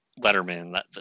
Letterman